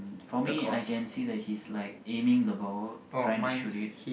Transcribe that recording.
for me I can see that he's like aiming the ball trying to shoot it